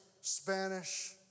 Spanish